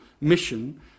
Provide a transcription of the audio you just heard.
mission